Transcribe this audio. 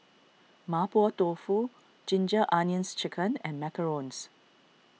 Mapo Tofu Ginger Onions Chicken and Macarons